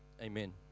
Amen